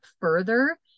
further